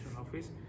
office